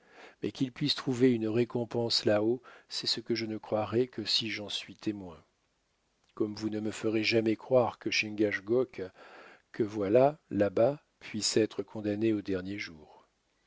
mais qu'il puisse trouver une récompense là-haut c'est ce que je ne croirai que si j'en suis témoin comme vous ne me ferez jamais croire que chingachgook que voilà là-bas puisse être condamné au dernier jour